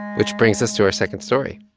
which brings us to our second story.